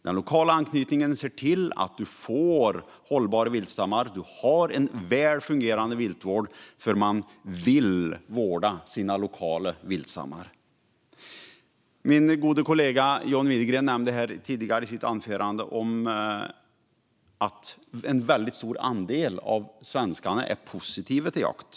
Den lokala anknytningen ser till att det blir hållbara viltstammar och en väl fungerande viltvård, för man vill vårda sina lokala viltstammar. Min gode kollega John Widegren nämnde i sitt anförande att en väldigt stor andel av svenskarna är positiva till jakt.